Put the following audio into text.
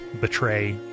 betray